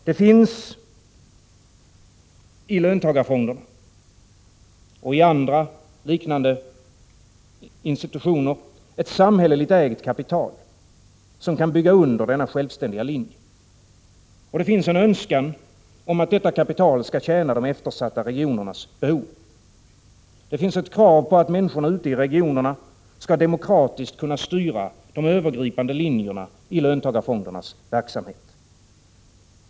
Det finns i löntagarfonderna och i andra liknande institutioner ett samhälleligt ägt kapital, som kan bygga under denna självständiga linje. Det finns en önskan om att detta kapital skall tjäna de eftersatta regionernas behov. Det finns ett krav på att människorna ute i regionerna demokratiskt skall kunna styra de övergripande linjerna i löntagarfondernas verksamhet.